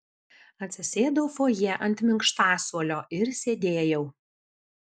atsisėdau fojė ant minkštasuolio ir sėdėjau